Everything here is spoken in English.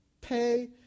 Pay